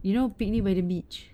you know picnic by the beach